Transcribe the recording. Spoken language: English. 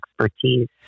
expertise